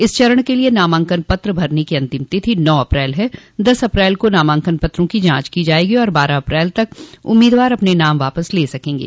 इस चरण के लिये नामांकन पत्र भरने की अंतिम तिथि नौ अप्रैल है दस अप्रैल को नामांकन पत्रों की जांच की जायेगी और बारह अप्रैल तक उम्मीदवार अपने नाम वापस ले सकेंगे